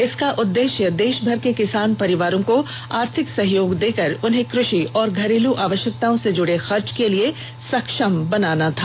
इसका उद्देश्य देशभर को किसान परिवारों को आर्थिक सहयोग देकर उन्हें कृषि और घरेलू आवश्यकताओं से जुड़े खर्च को लिए सक्षम बनाना था